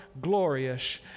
glorious